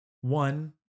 One